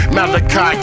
Malachi